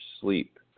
sleep